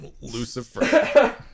Lucifer